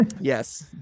Yes